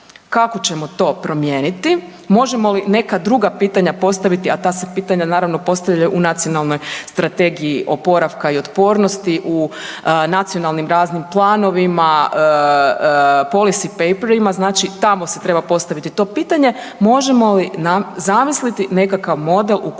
kako ćemo to promijeniti, možemo li neka druga pitanja postaviti, a ta se pitanja naravno postavljaju u Nacionalnoj strategiji oporavka i otpornosti u nacionalnim raznim planovima, policy papirima, znači tamo se treba postaviti to pitanje, možemo li zamisliti nekakav model u kojem